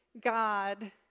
God